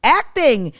acting